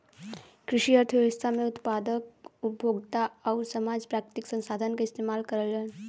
कृषि अर्थशास्त्र में उत्पादक, उपभोक्ता आउर समाज प्राकृतिक संसाधन क इस्तेमाल करलन